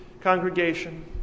congregation